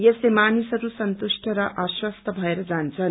यसले मानिसहरू सन्तुष्ट र आश्वास्त भएर जान्छन्